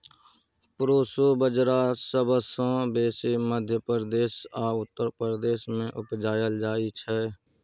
proso बजरा सबसँ बेसी मध्य प्रदेश आ उत्तर प्रदेश मे उपजाएल जाइ छै